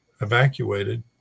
evacuated